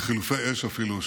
בחילופי אש אפילו,